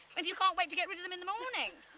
and you can't wait to get rid of them in the morning.